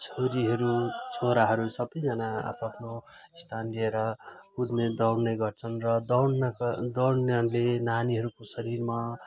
छोरीहरू छोराहरू सबैजना आफआफ्नो स्थान लिएर कुद्ने दौडने गर्छन् र दौडनका दौडनाले नानीहरूको शरीरमा